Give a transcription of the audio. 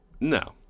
No